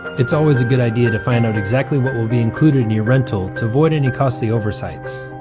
it's always a good idea to find out exactly what will be included in your rental to avoid any costly oversights